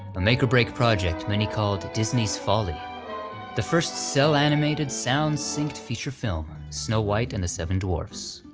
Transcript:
a make or break project many called disney's folly the first cel-animated, sound-synched feature film, snow white and the seven dwarfs.